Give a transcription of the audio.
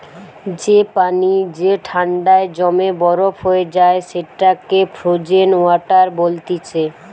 যে পানি যে ঠান্ডায় জমে বরফ হয়ে যায় সেটাকে ফ্রোজেন ওয়াটার বলতিছে